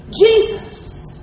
Jesus